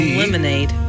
lemonade